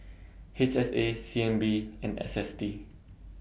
H S A C N B and S S T